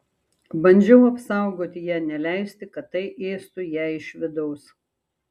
bandžiau apsaugoti ją neleisti kad tai ėstų ją iš vidaus